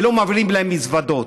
ולא מעבירים להם מזוודות.